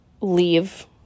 leave